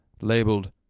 labeled